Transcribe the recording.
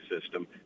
system